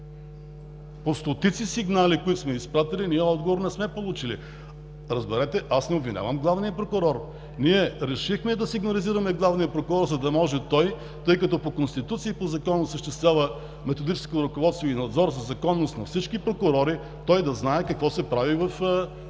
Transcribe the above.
По стотици сигнали, които сме изпратили, ние отговор не сме получили. Разберете, аз не обвинявам главния прокурор. Ние решихме да сигнализираме главния прокурор, за да може той, тъй като по Конституция и по Закон осъществява методическо ръководство и надзор за законност на всички прокурори, той да знае какво се прави в